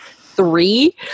three